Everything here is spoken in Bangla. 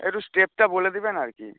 একটু স্টেপটা বলে দেবেন আর কি